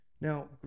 Now